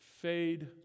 fade